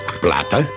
¿Plata